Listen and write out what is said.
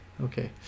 Okay